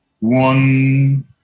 one